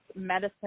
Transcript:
medicine